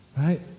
right